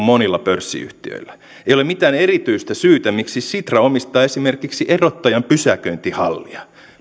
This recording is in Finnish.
monilla pörssiyhtiöillä ei ole mitään erityistä syytä miksi sitra omistaa esimerkiksi erottajan pysäköintihallia